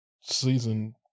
season